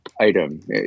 item